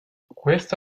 questo